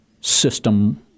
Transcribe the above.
system